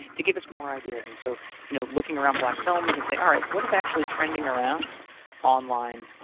to give us more ideas. and so you know looking around black film, we can say, alright. what is actually trending around online